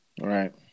Right